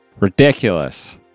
Ridiculous